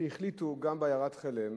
וכשהחליטו גם בעיירה חלם